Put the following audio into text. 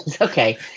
Okay